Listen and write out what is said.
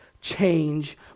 change